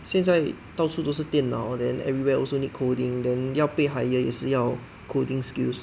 现在到处都是电脑 then everywhere also need coding then 要 pay higher 也是要 coding skills